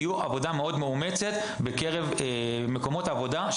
תהיה עבודה מאומצת בקרב מקומות העבודה בהם